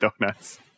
donuts